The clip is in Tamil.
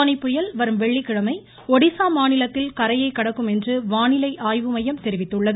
போனி புயல் வரும் வெள்ளிக்கிழமை ஒடிசா மாநிலத்தில் கரையை கடக்கும் என்று வானிலை ஆய்வு மையம் தெரிவித்துள்ளது